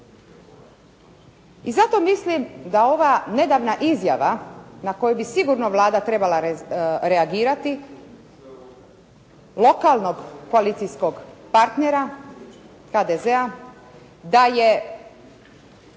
I zato mislim da ova nedavna izjava na koju bi sigurno Vlada trebala reagirati, lokalnog koalicijskog partnera HDZ-a, da je